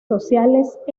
sociales